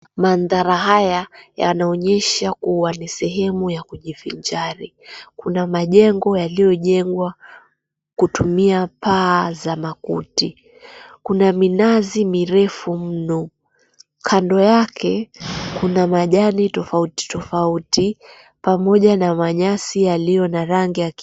Manthara haya yanaonyesha kuwa ni sehemu ya kujivinjari. Kuna majengo yaliyojengwa kutumia paa za makuti, kuna minazi mirefu mno. Kando yake kuna majani tofauti tofauti, pamoja na manyasi yaliyo na rangi.